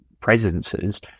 presences